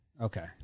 Okay